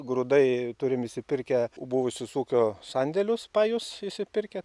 grūdai turim išsipirkę buvusius ūkio sandėlius pajus išsipirkę